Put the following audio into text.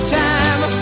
time